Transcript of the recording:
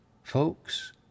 Folks